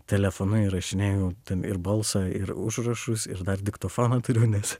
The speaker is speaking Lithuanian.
telefonu įrašinėju ten ir balsą ir užrašus ir dar diktofoną turiu nes